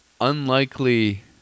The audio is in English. unlikely